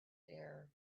air